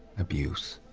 abuse,